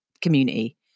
community